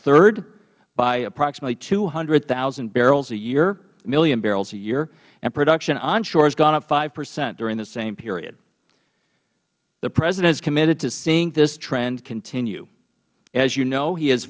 third by approximately two hundred thousand barrels a year million barrels a year and production onshore has gone up hpercent during the same period the president is committed to seeing this trend continue as you know he